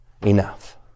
enough